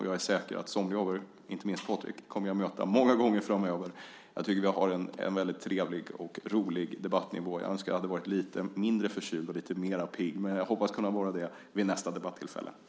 Jag är säker på att jag kommer att möta somliga av er, inte minst Patrik, många gånger framöver. Jag tycker att vi har en väldigt trevlig och rolig debattnivå. Men jag önskar att jag hade varit lite mindre förkyld och lite mer pigg. Jag hoppas på att kunna vara det vid nästa debattillfälle.